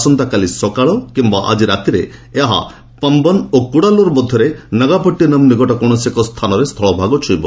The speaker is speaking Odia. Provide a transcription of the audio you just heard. ଆସନ୍ତାକାଲି ସକାଳେ କିୟା ଆଜି ରାତିରେ ଏହା ପମ୍ପନ୍ ଓ କୁଡ଼ାଲୋର୍ ମଧ୍ୟରେ ନାଗାପଟିନମ୍ ନିକଟ କୌଣସି ଏକ ସ୍ଥାନରେ ସ୍ଥଳଭାଗ ଛୁଇଁବ